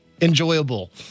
enjoyable